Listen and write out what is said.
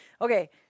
Okay